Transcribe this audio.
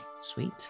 sweet